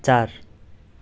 चार